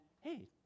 hey